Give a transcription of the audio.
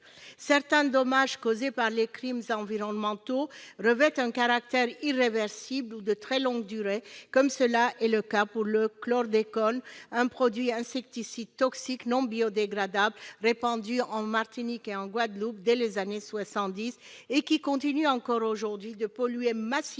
Certains dommages causés par les crimes environnementaux revêtent un caractère irréversible ou de très longue durée, comme dans le cas du chlordécone, un produit insecticide toxique non biodégradable répandu en Martinique et en Guadeloupe dès les années 1970 et qui continue, encore aujourd'hui, de polluer massivement